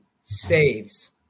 saves